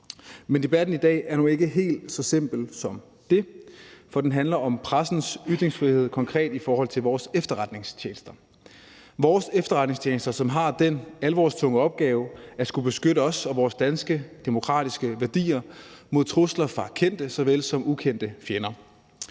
Men debatten i dag er nu ikke helt så simpel som det, for den handler om pressens ytringsfrihed konkret i forhold til vores efterretningstjenester, som har den alvorstunge opgave at skulle beskytte os og vores danske demokratiske værdier mod trusler fra kendte såvel som ukendte fjender.